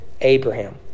Abraham